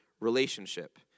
relationship